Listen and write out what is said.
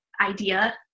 idea